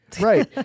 right